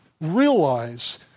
realize